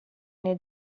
nei